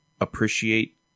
appreciate